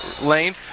Lane